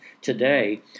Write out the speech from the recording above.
today